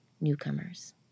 newcomers